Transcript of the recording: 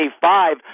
five